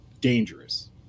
dangerous